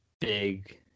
big